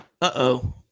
Uh-oh